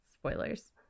spoilers